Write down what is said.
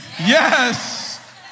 Yes